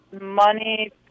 money